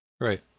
Right